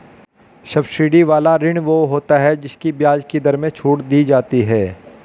subsidy वाला ऋण वो होता है जिसकी ब्याज की दर में छूट दी जाती है